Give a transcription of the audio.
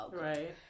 Right